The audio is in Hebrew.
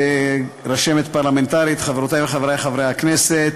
רשמת פרלמנטרית, חברותי וחברי חברי הכנסת,